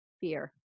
fear